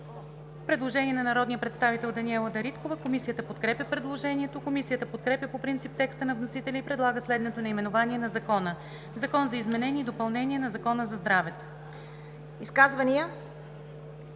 Предложение на народния представител Даниела Дариткова. Комисията подкрепя предложението. Комисията подкрепя по принцип текста на вносителя и предлага следното наименование на Закона: „Закон за изменение и допълнение на Закона за здравето“.